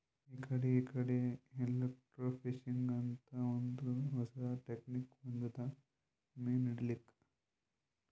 ಇಕಡಿ ಇಕಡಿ ಎಲೆಕ್ರ್ಟೋಫಿಶಿಂಗ್ ಅಂತ್ ಒಂದ್ ಹೊಸಾ ಟೆಕ್ನಿಕ್ ಬಂದದ್ ಮೀನ್ ಹಿಡ್ಲಿಕ್ಕ್